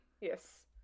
yes